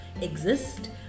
exist